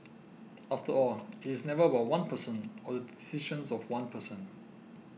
after all it is never about one person or the decisions of one person